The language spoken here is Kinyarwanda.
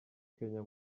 kenya